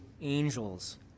angels